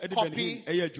copy